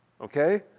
okay